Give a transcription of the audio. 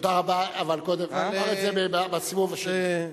תודה רבה, אבל תאמר את זה בסיבוב השני.